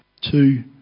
Two